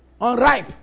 unripe